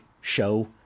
show